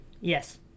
Yes